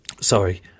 Sorry